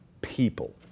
people